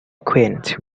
quaint